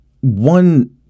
one